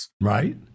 Right